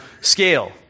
scale